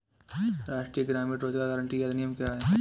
राष्ट्रीय ग्रामीण रोज़गार गारंटी अधिनियम क्या है?